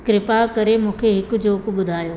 कृपा करे मूंखे हिकु जोक ॿुधायो